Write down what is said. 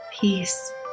peace